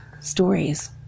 stories